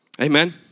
Amen